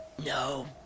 No